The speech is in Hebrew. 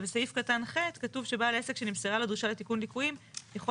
ובסעיף קטן ח' כתוב שבעל העסק שנמסרה לו דרישה לתיקון ליקויים יכול